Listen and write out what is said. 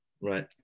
Right